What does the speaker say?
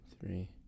three